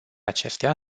acestea